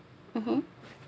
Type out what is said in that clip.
(uh huh)